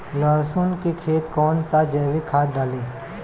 लहसुन के खेत कौन सा जैविक खाद डाली?